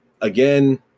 again